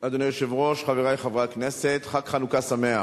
אדוני היושב-ראש, חברי חברי הכנסת, חג חנוכה שמח.